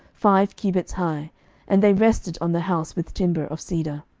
five cubits high and they rested on the house with timber of cedar.